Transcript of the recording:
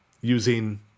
using